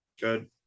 good